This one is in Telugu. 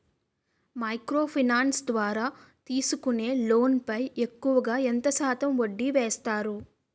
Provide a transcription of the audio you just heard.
మైక్రో ఫైనాన్స్ ద్వారా తీసుకునే లోన్ పై ఎక్కువుగా ఎంత శాతం వడ్డీ వేస్తారు?